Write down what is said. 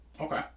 Okay